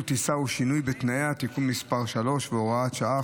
טיסה או שינוי בתנאיה) (תיקון מס' 3 והוראת שעה,